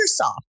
Microsoft